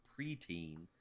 preteen